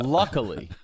luckily